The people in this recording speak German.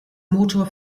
motor